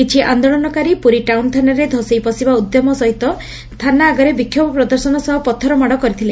କିଛି ଆନ୍ଦୋଳଳନକାରୀ ପୁରୀ ଟାଉନ ଥାନାରେ ଧସେଇ ପଶିବା ଉଦ୍ୟମ ସହିତ ଥାନା ଆଗରେ ବିକ୍ଷୋଭ ପ୍ରଦର୍ଶନ ସହ ପଥର ମାଡ କରିଥିଲେ